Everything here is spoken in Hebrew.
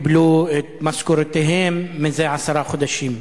קיבלו את משכורותיהם זה עשרה חודשים.